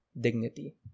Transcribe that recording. dignity